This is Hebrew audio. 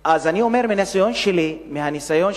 אני אומר מהניסיון שלי,